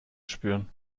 spüren